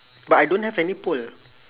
but I don't have any pole